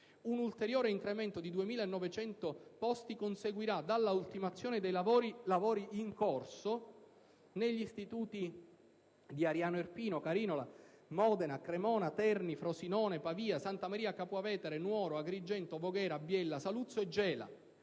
Un ulteriore incremento di 2.900 posti conseguirà dalla ultimazione dei lavori - lavori in corso - negli istituti di Ariano Irpino, Carinola, Modena, Cremona, Terni, Frosinone, Pavia, Santa Maria Capua Vetere, Nuoro, Agrigento, Voghera, Biella, Saluzzo e Gela,